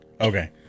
Okay